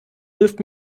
hilft